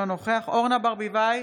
אינו נוכח אורנה ברביבאי,